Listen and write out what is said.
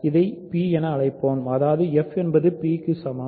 அதை p என அழைப்போம் அதாவதுfஎன்பது p க்கு சமம்